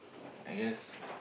I guess